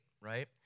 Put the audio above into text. right